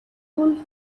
full